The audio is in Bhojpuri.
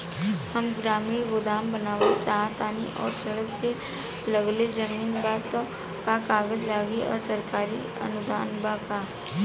हम ग्रामीण गोदाम बनावल चाहतानी और सड़क से लगले जमीन बा त का कागज लागी आ सरकारी अनुदान बा का?